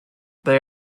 they